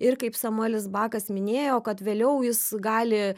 ir kaip samuelis bakas minėjo kad vėliau jis gali